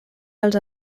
els